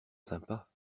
sympa